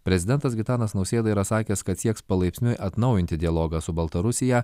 prezidentas gitanas nausėda yra sakęs kad sieks palaipsniui atnaujinti dialogą su baltarusija